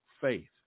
faith